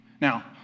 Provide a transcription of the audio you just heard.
Now